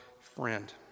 friend